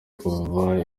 kuva